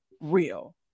real